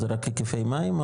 זה רק היקפי מים?